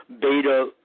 beta